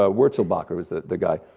ah wurzelbacher was the the guy,